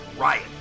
Riot